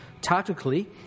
Tactically